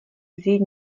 vzít